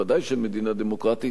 בוודאי של מדינה דמוקרטית,